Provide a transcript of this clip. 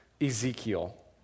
Ezekiel